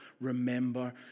remember